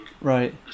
Right